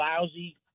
lousy